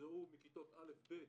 שנגרעו מכיתות א'-ב'